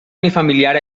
unifamiliar